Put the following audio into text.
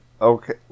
Okay